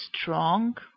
strong